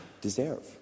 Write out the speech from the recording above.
deserve